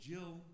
Jill